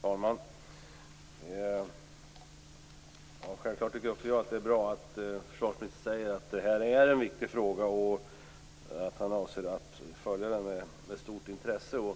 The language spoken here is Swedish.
Fru talman! Självfallet tycker också jag att det är bra att försvarsministern säger att frågan är viktig och att han avser att följa den med stort intresse.